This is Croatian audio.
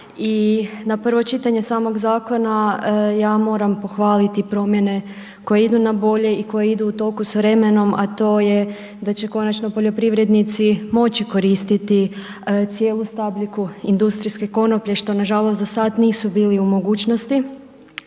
na prvo čitanje samog zakona, ja moram pohvaliti promjene koje idu na bolje i koje idu u toku s vremenom, a to je da će konačno poljoprivrednici moći koristiti cijelu stabljiku industrijske konoplje što nažalost, do sad nisu bili u mogućnosti.